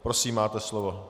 Prosím, máte slovo.